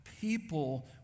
People